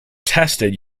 tested